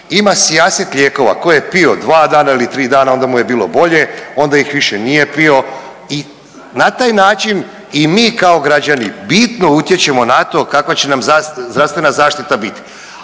ima sijaset lijekova koje je pio dva dana ili tri dana onda mu je bilo bolje, onda ih više nije pio i na taj način i mi kao građani bitno utječemo na to kakva će nam zdravstvena zaštita biti.